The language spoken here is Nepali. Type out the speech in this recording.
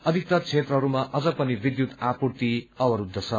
अधिक्तर क्षेत्रहरूमा अझ पनि विद्युत आपूर्ति अवरूद्व छ